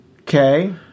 Okay